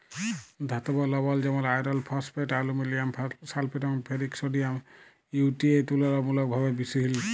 ধাতব লবল যেমল আয়রল ফসফেট, আলুমিলিয়াম সালফেট এবং ফেরিক সডিয়াম ইউ.টি.এ তুললামূলকভাবে বিশহিল